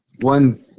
one